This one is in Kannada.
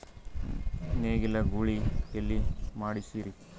ನೇಗಿಲ ಗೂಳಿ ಎಲ್ಲಿ ಮಾಡಸೀರಿ?